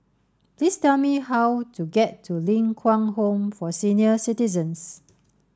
please tell me how to get to Ling Kwang Home for Senior Citizens